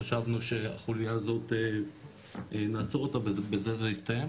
חשבנו שהחוליה הזאת נעצור אותה ובזה זה יסתיים,